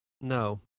No